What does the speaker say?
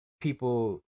people